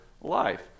life